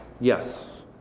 Yes